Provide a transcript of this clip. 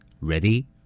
Ready